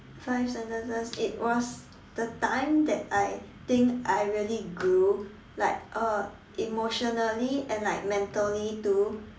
five sentences it was the time that I think I really grew like uh emotionally and like mentally too